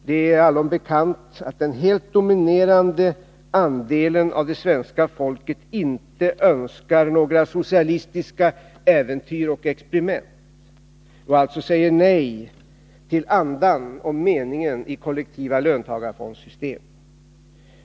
Det är allom bekant att den helt dominerande andelen av det svenska folket inte önskar några socialistiska äventyr och experiment och alltså säger nej till andan och meningen i kollektiva löntagarfonder.